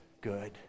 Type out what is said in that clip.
good